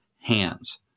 hands